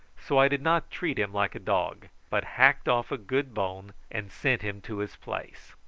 so i did not treat him like a dog, but hacked off a good bone and sent him to his place.